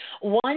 one